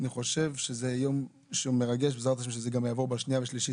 אני חושב שזה יום שהוא מרגש ובעזרת השם שזה גם יעבור בשנייה ובשלישית,